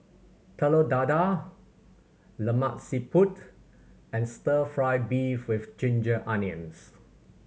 Telur Dadah Lemak Siput and Stir Fry beef with ginger onions